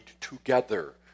together